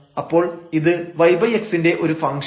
അപ്പോൾ ഇത് yx ന്റെ ഒരു ഫംഗ്ഷനാണ്